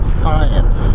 science